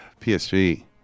PSG